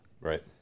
Right